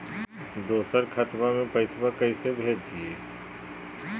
दोसर खतबा में पैसबा कैसे भेजिए?